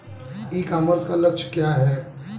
ई commerce का लक्ष्य क्या है?